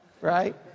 right